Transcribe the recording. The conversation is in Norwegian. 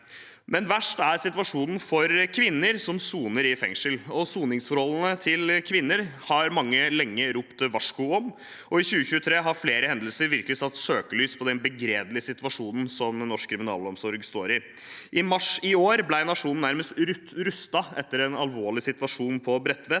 Aller verst er situasjonen for kvinner som soner i fengsel. Soningsforholdene til kvinner har mange lenge ropt varsko om. I 2023 har flere hendelser virkelig satt søkelys på den begredelige situasjonen som norsk kriminalomsorg står i. I mars i år ble nasjonen nærmest rystet etter en alvorlig situasjon på Bredtveit.